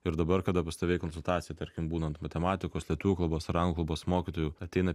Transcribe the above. ir dabar kada pastoviai konsultacija tarkim būnant matematikos lietuvių kalbos ar anglų kalbos mokytoju ateina